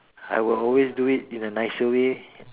I will always do it in a nicer way